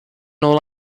all